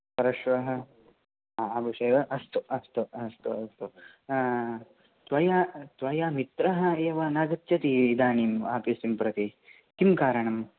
परश्वः विषये वा अस्तु अस्तु त्वया त्वया मित्रः एव नगच्छति इदानीम् आफीस् प्रति किं कारणम्